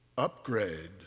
Upgrade